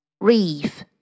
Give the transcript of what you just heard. Reef